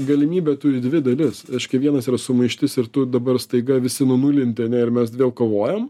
galimybė turi dvi dalis reiškia vienas yra sumaištis ir tu dabar staiga visi nunulinti ane ir mes vėl kovojam